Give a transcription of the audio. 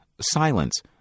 Silence